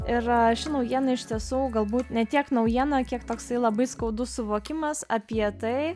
ir ši naujiena iš tiesų galbūt ne tiek naujiena kiek toksai labai skaudus suvokimas apie tai